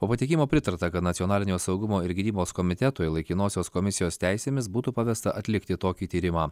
po pateikimo pritarta kad nacionalinio saugumo ir gynybos komitetui laikinosios komisijos teisėmis būtų pavesta atlikti tokį tyrimą